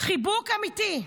חיבוק אמיתי.